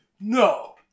no